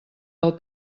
del